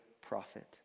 prophet